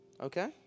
Okay